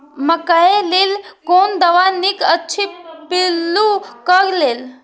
मकैय लेल कोन दवा निक अछि पिल्लू क लेल?